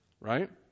right